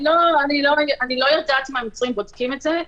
אני לא יודעת אם המצרים בודקים את זה.